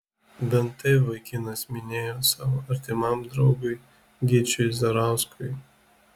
bent taip vaikinas minėjo savo artimam draugui gyčiui zarauskui